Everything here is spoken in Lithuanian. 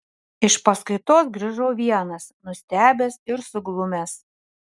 iš paskaitos grįžau vienas nustebęs ir suglumęs